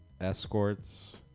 Escorts